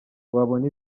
wabona